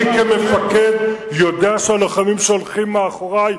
אני כמפקד יודע שהלוחמים שהולכים מאחורי,